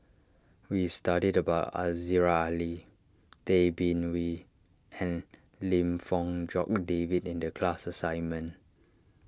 we studied about Aziza Ali Tay Bin Wee and Lim Fong Jock David in the class assignment